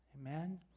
Amen